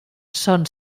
son